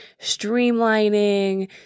streamlining